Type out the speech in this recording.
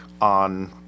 on